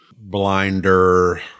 blinder